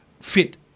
fit